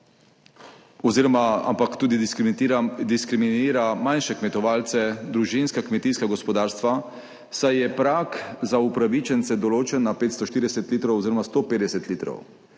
kmetovalcem in diskriminira manjše kmetovalce, družinska kmetijska gospodarstva, saj je prag za upravičence določen na 540 litrov oziroma 150 litrov.